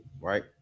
Right